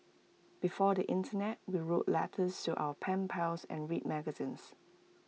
before the Internet we wrote letters to our pen pals and read magazines